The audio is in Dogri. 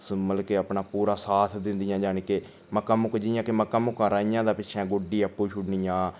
मतलब के अपना पूरा साथ दिन्दियां जानि के मक्कां मुक्कां जि'यां के मक्कां मुक्कां राहियां तां पिच्छें गुड्डी आपूं छुड़नियां